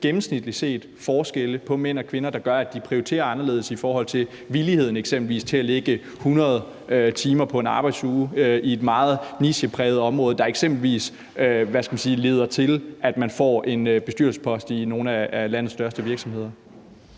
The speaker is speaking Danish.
– er biologiske forskelle på mænd og kvinder, der gør, at de prioriterer forskelligt i forhold til eksempelvis villigheden til at lægge 100 timer på en arbejdsuge på et meget nichepræget område, der eksempelvis leder til, at man får en bestyrelsespost i nogle af landets største virksomheder?